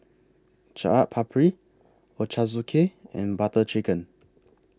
Chaat Papri Ochazuke and Butter Chicken